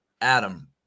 Adam